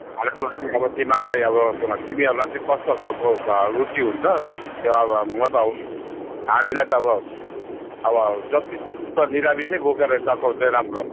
खानाको लागि अब तिमीहरूलाई अब तिमीहरूलाई चाहिँ कस्तो खालको रुची हुन्छ त्यो अब म त अब हामीलाई त अब अब जतिसक्दो त निरामिसै बोकेर गएको चाहिँ राम्रो